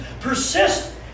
persist